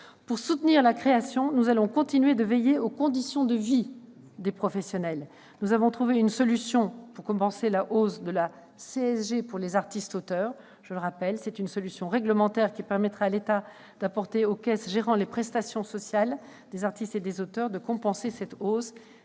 Pour soutenir la création, nous allons continuer de veiller aux conditions de vie des professionnels. Nous avons trouvé une solution pour compenser la hausse de la CSG pour les artistes-auteurs. Le Gouvernement a choisi de mettre en oeuvre un dispositif par voie réglementaire permettant aux caisses gérant les prestations sociales des artistes et auteurs de compenser cette hausse.